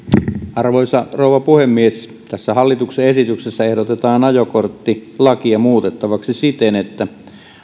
arvoisa rouva puhemies tässä hallituksen esityksessä ehdotetaan ajokorttilakia muutettavaksi siten että